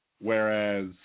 whereas